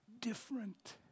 different